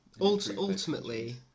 Ultimately